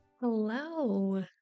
Hello